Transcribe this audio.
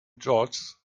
george’s